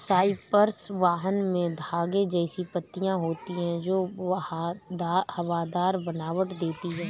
Cyprus vine में धागे जैसी पत्तियां होती हैं जो हवादार बनावट देती हैं